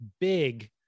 big